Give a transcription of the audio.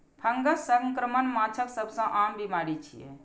fungus संक्रमण माछक सबसं आम बीमारी छियै